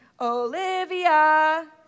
Olivia